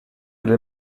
del